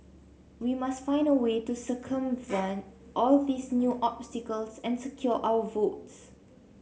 we must find a way to circumvent all these new obstacles and secure our votes